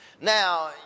Now